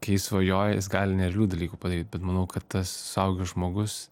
kai jis svajoja jis gali nerealių dalykų padaryt bet manau kad tas suaugęs žmogus